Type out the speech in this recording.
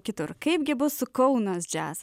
kitur kaipgi bus su kaunas jazz